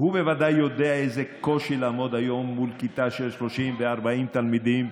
הוא בוודאי יודע איזה קושי זה לעמוד היום מול כיתה של 30 ו-40 תלמידים